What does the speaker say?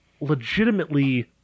legitimately